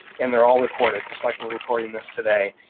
and they're all recorded just like we're recording this today.